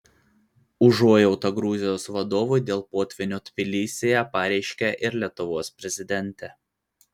užuojautą gruzijos vadovui dėl potvynio tbilisyje pareiškė ir lietuvos prezidentė